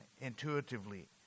intuitively